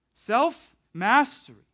Self-mastery